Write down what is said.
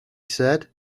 said